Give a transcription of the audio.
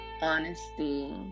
Honesty